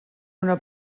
una